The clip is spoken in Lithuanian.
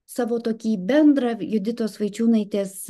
savo tokį bendrą juditos vaičiūnaitės